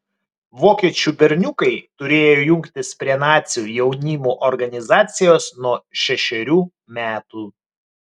vokiečių berniukai turėjo jungtis prie nacių jaunimo organizacijos nuo šešerių metų